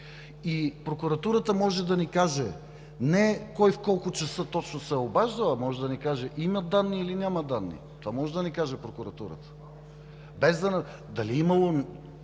Прокуратурата може да ни каже не кой в колко часа точно се е обаждал, а може да ни каже има или няма данни. Това може да ни каже прокуратурата – точно